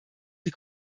die